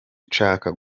nshaka